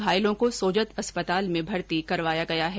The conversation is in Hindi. घायलों को सोजत अस्पताल में भर्ती कराया गया है